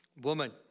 woman